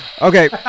Okay